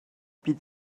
bydd